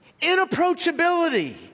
inapproachability